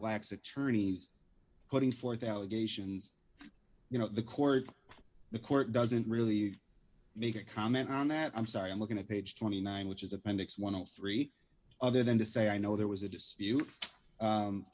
wax attorneys putting forth allegations you know the court the court doesn't really make a comment on that i'm sorry i'm looking at page twenty nine which is appendix one hundred and three other than to say i know there was a dispute